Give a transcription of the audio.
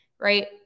Right